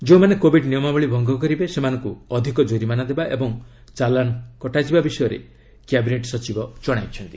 ଯେଉଁମାନେ କୋବିଡ୍ ନିୟମାବଳୀ ଭଙ୍ଗ କରିବେ ସେମାନଙ୍କୁ ଅଧିକ ଜୋରିମାନା ଦେବା ଓ ଚାଲାଣ କଟାଯିବା ବିଷୟରେ କ୍ୟାବିନେଟ୍ ସଚିବ ଜଣାଇଛନ୍ତି